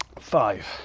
Five